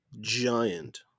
giant